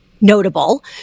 notable